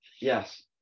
yes